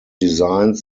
designs